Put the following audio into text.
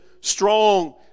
strong